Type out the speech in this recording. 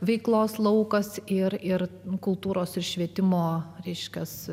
veiklos laukas ir ir kultūros ir švietimo ryškias